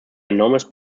enormes